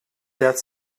death